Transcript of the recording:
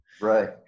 Right